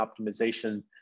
optimization